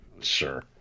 Sure